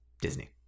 Disney